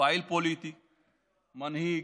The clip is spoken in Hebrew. פעיל פוליטי, מנהיג,